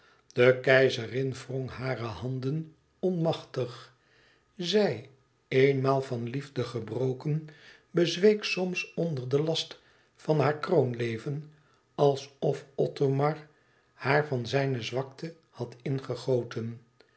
de keizerin wrong hare handen onmachtig zij eenmaal van liefde gebroken bezweek soms onder den last van haar kroonleven alsof othomar haar van zijne zwakte had ingegoten